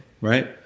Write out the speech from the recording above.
right